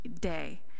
day